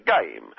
game